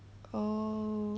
oh